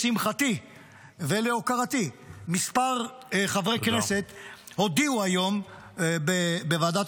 לשמחתי ולהוקרתי כמה חברי כנסת הודיעו היום בוועדת